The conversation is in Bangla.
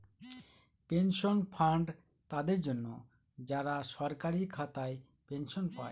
পেনশন ফান্ড তাদের জন্য, যারা সরকারি খাতায় পেনশন পায়